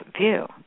view